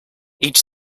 each